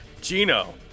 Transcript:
Gino